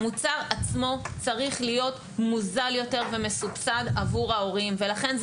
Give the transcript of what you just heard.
המוצר עצמו צריך להיות מוזל יותר ומסובסד עבור ההורים ולכן,